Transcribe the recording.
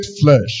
flesh